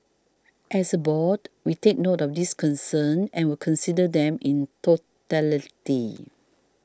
as a board we take note of these concerns and will consider them in totality